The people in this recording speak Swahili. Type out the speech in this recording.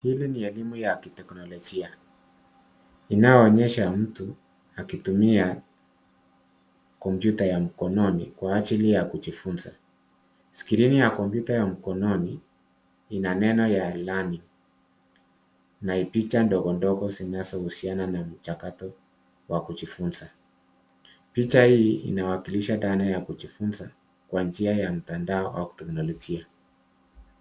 Hili ni elimu ya kiteknolojia. Inayoonyesha mtu, akitumia kompyuta ya mkononi, kwa ajili ya kujifunza. Skrini ya kompyuta ya mkononi, ina neno ya learning , na picha ndogo ndogo zinazohusiana na mchakato wa kujifunza. Picha hii inawakilisha dhana ya kujifunza, kwa njia ya mtandao au teknolojia.